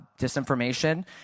disinformation